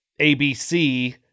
ABC